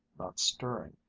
not stirring.